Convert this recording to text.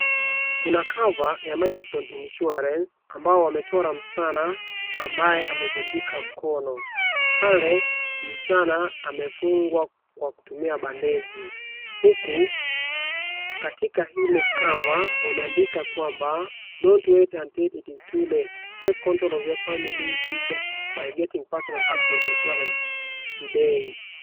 Kuna cover ya MADISON Insurance ambao wamechora msichana ambaye amevunjika mkono. Pale msichana amefungwa kwa kutumia bandeji huku katika hili cover wamaeandika kwamba dont wait until it is too late take control of your family future by getting personel accident insurance today .